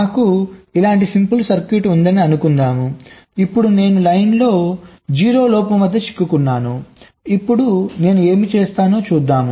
నాకు ఇలాంటి simple circuit ఉందని అనుకుందాం ఇప్పుడు నేను లైన్లో 0 లోపం వద్ద చిక్కుకున్నాను ఇప్పుడు నేను ఏమి చేస్తానో చూద్దాం